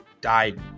died